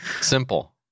Simple